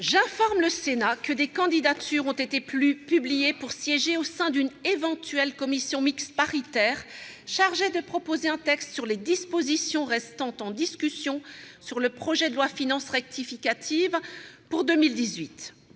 J'informe le Sénat que des candidatures ont été publiées pour siéger au sein d'une éventuelle commission mixte paritaire chargée de proposer un texte sur les dispositions restant en discussion sur le projet de loi de finances rectificative pour 2018.